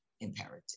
imperative